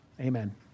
Amen